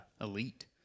Elite